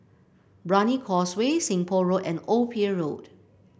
Brani Causeway Seng Poh Road and Old Pier Road